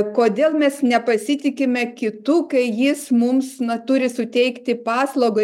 kodėl mes nepasitikime kitu kai jis mums na turi suteikti paslaugą